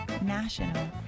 national